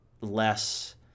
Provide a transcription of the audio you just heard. less